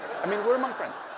i mean, where are my friends?